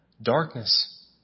Darkness